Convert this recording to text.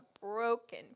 broken